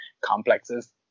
complexes